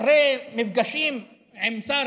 אחרי מפגשים עם שר